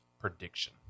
Prediction